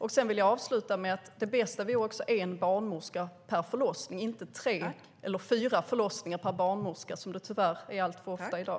Jag vill avsluta med att säga att det bästa vore en barnmorska per förlossning, inte tre eller fyra förlossningar per barnmorska, som det tyvärr alltför ofta är i dag.